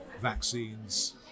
vaccines